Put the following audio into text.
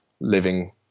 living